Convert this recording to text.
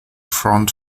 front